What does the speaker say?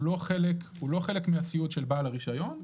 הוא לא חלק מהציוד של בעל הרישיון.